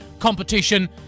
competition